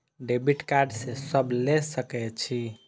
Debit card के सब ले सके छै?